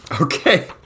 Okay